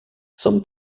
some